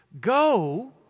Go